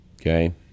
okay